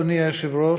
אדוני היושב-ראש,